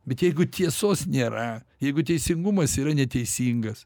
bet jeigu tiesos nėra jeigu teisingumas yra neteisingas